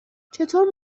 چطور